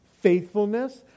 faithfulness